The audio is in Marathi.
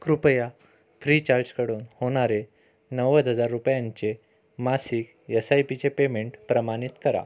कृपया फ्रीचार्जकडून होणारे नव्वद हजार रुपयांचे मासिक एस आय पीचे पेमेंट प्रमाणित करा